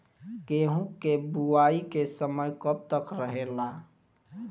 गेहूँ के बुवाई के समय कब तक रहेला?